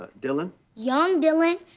but dylan young dylan.